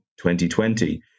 2020